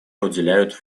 уделяют